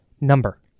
number